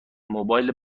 موبایل